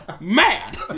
mad